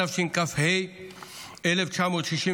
התשכ"ה 1965,